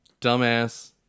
dumbass